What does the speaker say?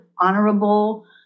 honorable